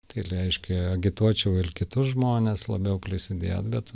tai reiškia agituočiau ir kitus žmones labiau prisidėt bet